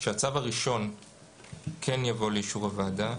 הוא שהצו הראשון כן יבוא לאישור הוועדה,